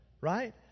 right